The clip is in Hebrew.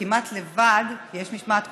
וכמעט לבד, יש משמעת קואליציונית,